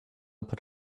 put